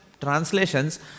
translations